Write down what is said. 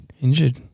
Injured